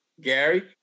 Gary